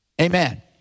Amen